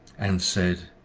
and said,